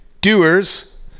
doers